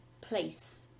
place